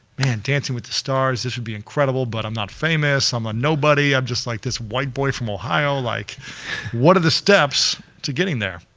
man dancing with the stars, this would be incredible but i'm not famous, i'm a nobody, i'm just like this white boy from ohio, like what are the steps to getting there?